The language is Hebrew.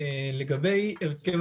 לגבי הרכב